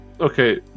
Okay